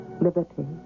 liberty